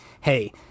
Hey